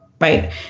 Right